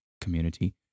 community